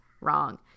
wrong